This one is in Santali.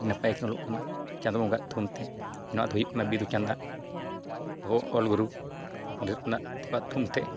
ᱱᱟᱯᱟᱭ ᱠᱤᱱ ᱚᱞᱚᱜ ᱠᱟᱱᱟ ᱪᱟᱸᱫᱳ ᱵᱚᱸᱜᱟᱣᱟᱜ ᱛᱷᱩᱢᱛᱮ ᱱᱚᱣᱟ ᱫᱚ ᱦᱩᱭᱩᱜ ᱠᱟᱱᱟ ᱵᱤᱸᱫᱩᱼᱪᱟᱱᱫᱟᱱ ᱟᱵᱚ ᱚᱞᱜᱩᱨᱩ ᱯᱚᱱᱰᱤᱛ ᱨᱚᱜᱷᱩᱱᱟᱛᱷ ᱛᱟᱠᱚᱣᱟᱜ ᱛᱷᱩᱢᱛᱮ